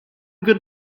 good